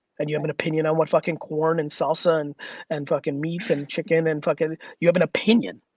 and you have an opinion on what fucking corn and salsa and and fuckin' beef and chicken and fuckin'. you have an opinion,